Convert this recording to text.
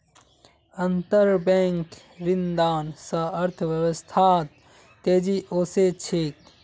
अंतरबैंक ऋणदान स अर्थव्यवस्थात तेजी ओसे छेक